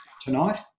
tonight